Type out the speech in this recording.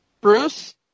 Bruce